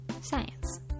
Science